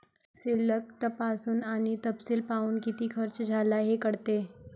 शिल्लक तपासून आणि तपशील पाहून, किती खर्च झाला हे कळते